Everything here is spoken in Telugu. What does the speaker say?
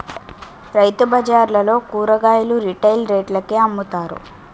రైతుబజార్లలో కూరగాయలు రిటైల్ రేట్లకే అమ్ముతారు